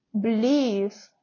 believe